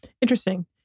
Interesting